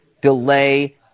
delay